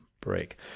break